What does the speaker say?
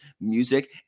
music